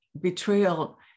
Betrayal